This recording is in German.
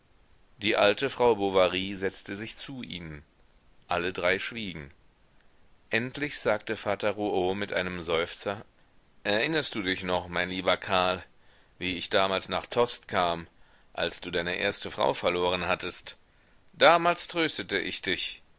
die alte frau bovary setzte sich zu ihnen alle drei schwiegen endlich sagte vater rouault mit einem seufzer erinnerst du dich noch mein lieber karl wie ich damals nach tostes kam als du deine erste frau verloren hattest damals tröstete ich dich